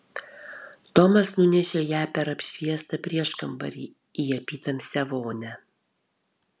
tomas nunešė ją per apšviestą prieškambarį į apytamsę vonią